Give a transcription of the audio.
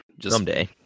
Someday